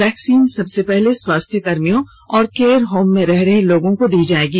vaccine सबसे पहले स्वास्थ्य कर्मियों और केयर होम में रह रहे लोगों को दी जायेगी